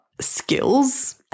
skills